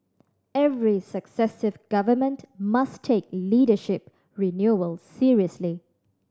every successive Government must take leadership renewal seriously